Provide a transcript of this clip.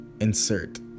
insert